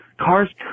Cars